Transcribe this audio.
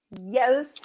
Yes